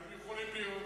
מה הם יכולים להיות?